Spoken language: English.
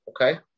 Okay